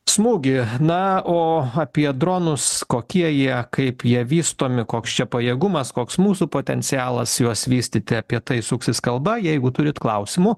smūgį na o apie dronus kokie jie kaip jie vystomi koks čia pajėgumas koks mūsų potencialas juos vystyti apie tai suksis kalba jeigu turit klausimų